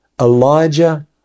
Elijah